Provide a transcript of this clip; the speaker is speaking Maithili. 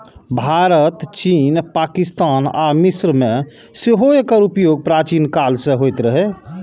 भारत, चीन, पाकिस्तान आ मिस्र मे सेहो एकर उपयोग प्राचीन काल मे होइत रहै